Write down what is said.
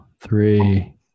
three